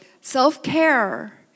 self-care